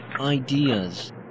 ideas